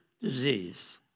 disease